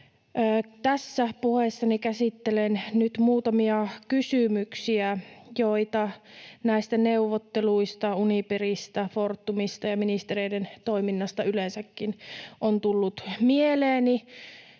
Tässä puheessani käsittelen nyt muutamia kysymyksiä, joita näistä neuvotteluista, Uniperista, Fortumista ja ministereiden toiminnasta yleensäkin on tullut mieleeni.